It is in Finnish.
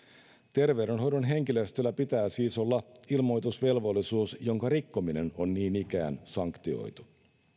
terveydenhoidon henkilöstöllä pitää siis olla ilmoitusvelvollisuus jonka rikkominen on niin ikään sanktioitu